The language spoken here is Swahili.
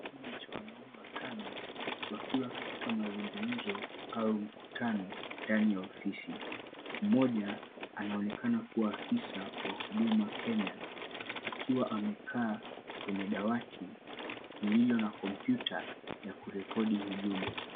Kwenye hii picha wanaume watano wakiwa kwenye mkutano au mazungumzo ndani ya ofisi. Mmoja anaonekana kubwa afisa wa huduma Kenya akiwa amekaa kwenye dawati iliyo na kompyuta ya kurekodi ujumbe.